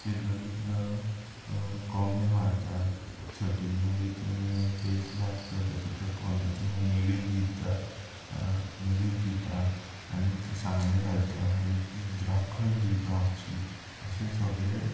त्या घडीक कोबें मारता सटी मायेक त्या दीस रात जातकच तिका कोब्यांचें नेवेद दिता नेवेद दिता आनी तें सांगणे घालता आनी राखण दी गा आमची अशें सगळे